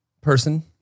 person